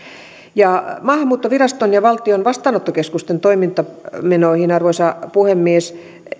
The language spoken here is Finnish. maahanmuuttoviraston ja valtion vastaanottokeskusten toimintamenoihin arvoisa puhemies